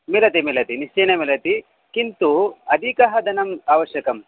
मिलति मिलति निश्चयेन मिलति किन्तु अधिकः धनम् आवश्यकम्